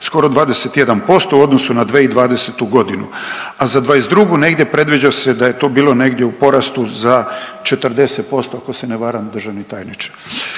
skoro 21% u odnosu na 2020.g., a za '22. negdje predviđa se da je to bilo negdje u porastu za 40% ako se ne varam državni tajniče.